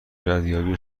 ردیابی